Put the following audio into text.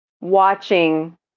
Watching